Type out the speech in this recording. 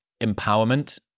empowerment